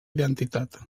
identitat